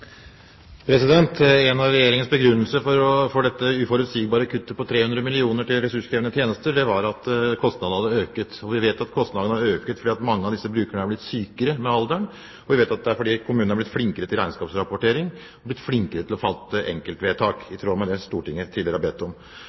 En av Regjeringens begrunnelser for dette uforutsigbare kuttet på 300 mill. kr til ressurskrevende tjenester var at kostnadene hadde økt, og vi vet at kostnadene har økt fordi mange av disse brukerne har blitt sykere med alderen. Kommunene har også blitt flinkere til regnskapsrapportering og til å fatte enkeltvedtak, i tråd med det Stortinget tidligere har bedt om.